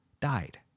died